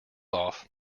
off